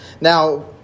Now